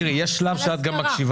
מירי, יש שלב שאת גם מקשיבה?